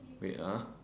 wait ah